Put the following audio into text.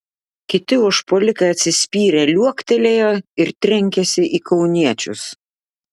kiti užpuolikai atsispyrę liuoktelėjo ir trenkėsi į kauniečius